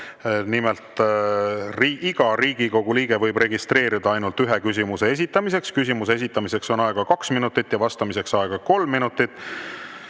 Nimelt, iga Riigikogu liige võib registreeruda ainult ühe küsimuse esitamiseks. Küsimuse esitamiseks on aega kaks minutit, vastamiseks on aega kolm minutit.